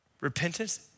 repentance